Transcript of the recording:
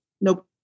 Nope